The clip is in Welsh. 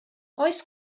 oes